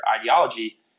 ideology